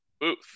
Booth